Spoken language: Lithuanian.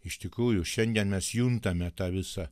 iš tikrųjų šiandien mes juntame tą visą